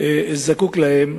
זקוק להם,